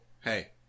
hey